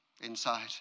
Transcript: inside